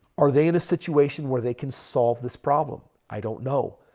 are they in a situation where they can solve this problem? i don't know.